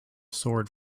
sword